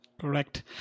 Correct